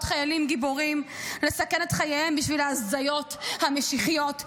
חיילים גיבורים לסכן את חייהם בשביל ההזיות המשיחיות שלהם.